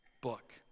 book